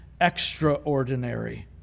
extraordinary